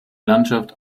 landschaft